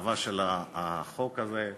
בהרחבה של החוק הזה,